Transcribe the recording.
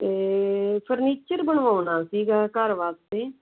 ਅਤੇ ਫਰਨੀਚਰ ਬਣਵਾਉਣਾ ਸੀਗਾ ਘਰ ਵਾਸਤੇ